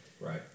Right